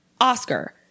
Oscar